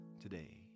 today